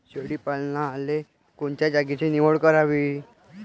शेळी पालनाले कोनच्या जागेची निवड करावी?